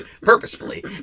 Purposefully